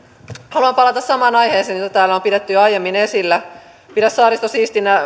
haluan palata samaan aiheeseen jota täällä on pidetty jo aiemmin esillä pidä saaristo siistinä